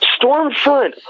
Stormfront